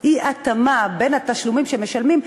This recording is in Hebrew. אי-התאמה בין התשלומים שמשלמים,